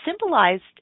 symbolized